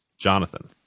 Jonathan